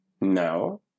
No